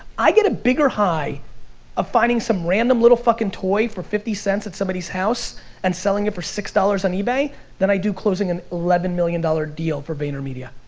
i get a bigger high of finding some random little fucking toy for fifty cents at somebody's house and seeling it for six dollars on ebay than i do closing an eleven million dollars deal for vayner media.